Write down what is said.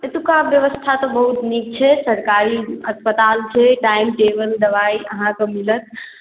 एतुक्का व्यवस्था तऽ बहुत नीक छै सरकारी अस्पताल छै टाइम टेबल दवाइ अहाँकेँ मिलत